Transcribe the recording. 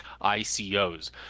ICOs